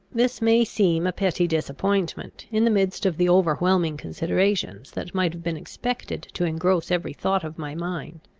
this may seem a petty disappointment, in the midst of the overwhelming considerations that might have been expected to engross every thought of my mind.